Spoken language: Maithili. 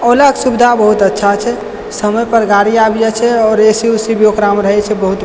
ओला के सुविधा बहुत अच्छा छै समय पर गाड़ी आबि जाइ छै आओर ए सी उ सी भी ओकरा मे रहय छै बहुत